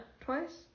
Twice